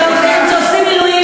שעושים מילואים,